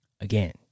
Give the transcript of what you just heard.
again